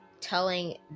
telling